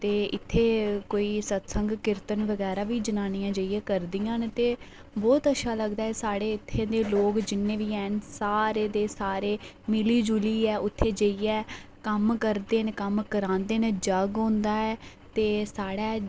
ते इत्थै कोई सत्संग घर कीर्तन बगैरा बी जनानियां जाइयै करदियां न ते बहुत अच्छा लगदा ऐ साढ़े इत्थै दे लोक जिन्ने बी हैन सारे दे सारे मिली जुलियै उत्थै जाइयै कम्म करदे न कम्म करांदे न जग होंदा ऐ ते साढ़े